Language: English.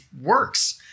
works